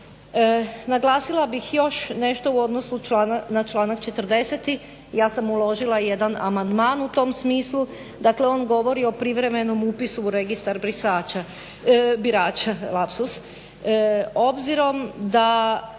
Naglasila bih još nešto u odnosu na članak 40. Ja sam uložila i jedan amandman u tom smislu. Dakle, on govori o privremenom upisu u registar brisača, birača. Lapsus. Obzirom da